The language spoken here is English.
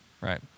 right